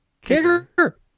kicker